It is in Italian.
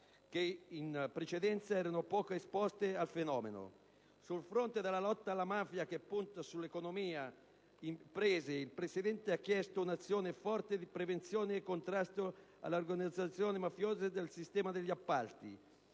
che in precedenza erano poco esposte al fenomeno. Sul fronte della lotta alla mafia, che punta su economia e imprese, la presidente degli industriali italiani ha chiesto «un'azione forte di prevenzione e contrasto alle organizzazioni mafiose nel sistema degli appalti».